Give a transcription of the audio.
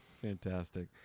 fantastic